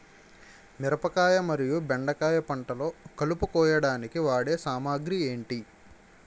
మిరపకాయ మరియు బెండకాయ పంటలో కలుపు కోయడానికి వాడే సామాగ్రి ఏమిటి?